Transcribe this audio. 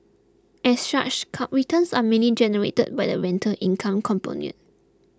as such cut returns are mainly generated by the rental income component